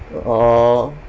orh